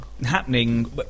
happening